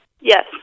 Yes